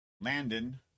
Landon